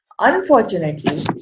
Unfortunately